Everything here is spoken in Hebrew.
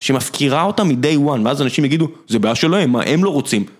שמפקירה אותה מדי day one ואז אנשים יגידו זה בעיה שלהם מה הם לא רוצים